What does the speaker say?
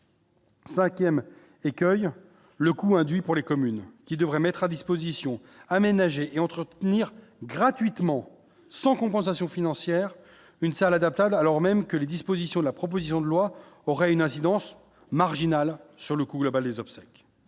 5ème écueil le coût induit pour les communes qui devrait mettre à disposition aménager et entretenir gratuitement sans compensation financière, une salle adaptable, alors même que les dispositions de la proposition de loi aurait une incidence marginale sur le coût global des obsèques,